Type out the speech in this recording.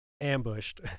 ambushed